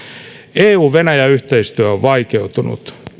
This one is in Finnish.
eu venäjä yhteistyö on vaikeutunut